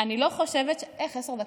עשר דקות?